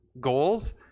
goals